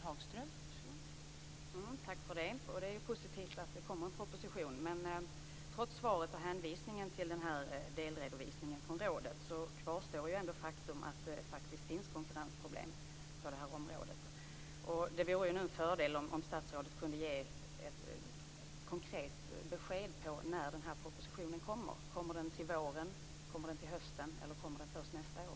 Fru talman! Det är positivt att det kommer en proposition, men trots svaret och hänvisningen till delredovisningen från rådet kvarstår ändå faktum att det finns konkurrensproblem på det här området. Det vore en fördel om statsrådet nu kunde ge ett konkret besked om när propositionen kommer. Kommer den till våren, till hösten eller först nästa år?